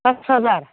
pass हाजार